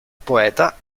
poeta